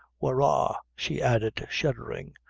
wurrah, she added, shuddering,